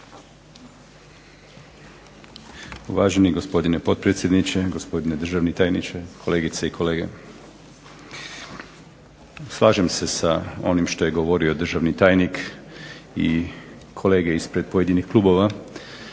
Uvaženi gospodine potpredsjedniče, gospodine državni tajniče, kolegice i kolege zastupnici. Slažem se sa onim što je govorio državni tajnik i kolege ispred pojedinih klubova,